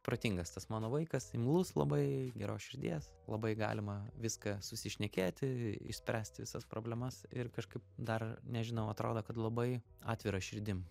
protingas tas mano vaikas imlus labai geros širdies labai galima viską susišnekėti išspręsti visas problemas ir kažkaip dar nežinau atrodo kad labai atvira širdim